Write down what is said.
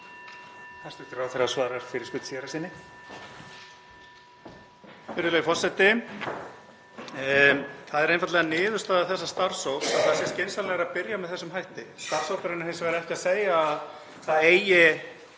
Það er einfaldlega niðurstaða þessa starfshóps að það sé skynsamlegra að byrja með þessum hætti. Starfshópurinn er hins vegar ekki að segja að það muni